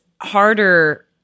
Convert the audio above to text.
harder